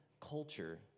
culture